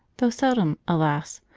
though seldom, alas!